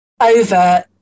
over